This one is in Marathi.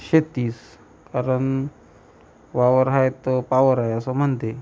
शेतीच कारण वावर आहे तर पावर आहे असं म्हणते